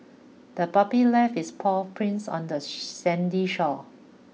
the puppy left its paw prints on the sandy shore